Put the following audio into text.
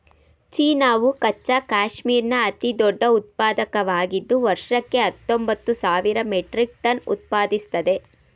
ಚೀನಾವು ಕಚ್ಚಾ ಕ್ಯಾಶ್ಮೀರ್ನ ಅತಿದೊಡ್ಡ ಉತ್ಪಾದಕವಾಗಿದ್ದು ವರ್ಷಕ್ಕೆ ಹತ್ತೊಂಬತ್ತು ಸಾವಿರ ಮೆಟ್ರಿಕ್ ಟನ್ ಉತ್ಪಾದಿಸ್ತದೆ